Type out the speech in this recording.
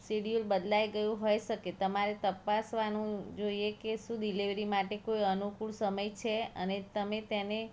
schedule બદલાઈ ગયું હોઈ શકે તમારે તપાસવાનું જોઈએ કે શું ડિલિવરી માટે કોઈ અનુકૂળ સમય છે અને તમે તેને